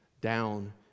down